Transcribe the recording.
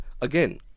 again